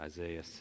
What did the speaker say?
Isaiah